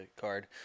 card